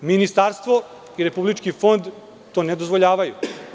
Ministarstvo i Republički fond to ne dozvoljavaju.